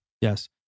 yes